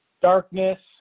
Darkness